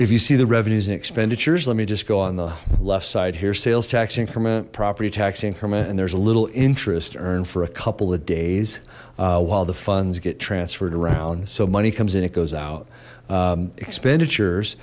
if you see the revenues and expenditures let me just go on the left side here sales tax increment property tax increment and there's a little interest earned for a couple of days while the funds get transferred around so money comes in it goes out expenditures